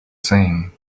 same